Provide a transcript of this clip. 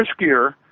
riskier